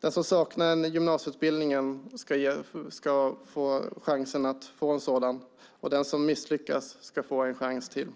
Den som saknar en gymnasieutbildning ska få chansen att få en sådan, och den som misslyckas ska få en chans till.